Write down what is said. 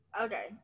Okay